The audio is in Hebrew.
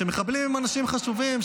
שמחבלים הם אנשים חשובים,